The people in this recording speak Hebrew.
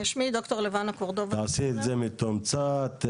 תעשי את זה מתומצת,